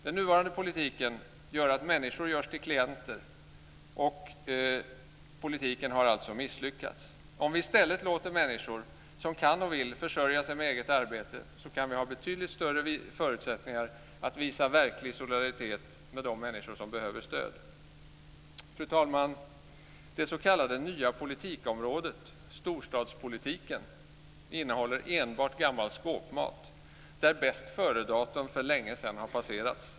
Den nuvarande politiken där människor görs till klienter har misslyckats. Om vi i stället låter människor som kan och vill det försörja sig med eget arbete kommer vi att ha betydligt större förutsättningar att visa verklig solidaritet med de människor som behöver stöd. Fru talman! Det s.k. nya politikområdet storstadspolitiken innehåller enbart gammal skåpmat där bästföredatum för länge sedan har passerats.